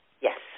Yes